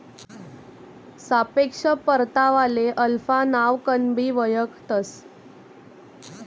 सापेक्ष परतावाले अल्फा नावकनबी वयखतंस